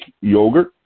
yogurt